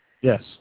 Yes